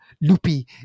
loopy